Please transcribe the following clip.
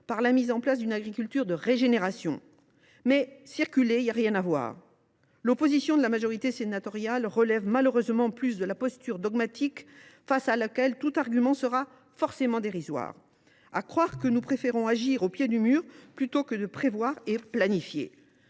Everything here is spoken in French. par la mise en place d’une agriculture de régénération. Mais, circulez, il n’y a rien à voir ! L’opposition de la majorité sénatoriale relève malheureusement plus de la posture dogmatique, face à laquelle tout argument sera forcément dérisoire. Il faut croire que nous préférons agir au pied du mur plutôt que de prévoir et planifier